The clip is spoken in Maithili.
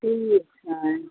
ठीक छनि